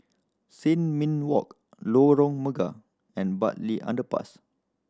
Sin Ming Walk Lorong Mega and Bartley Underpass